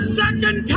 second